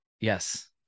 Yes